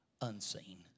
unseen